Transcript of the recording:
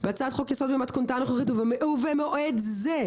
"בהצעת חוק-יסוד במתכונתה הנוכחית ובמועד זה,